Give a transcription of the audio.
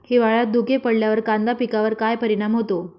हिवाळ्यात धुके पडल्यावर कांदा पिकावर काय परिणाम होतो?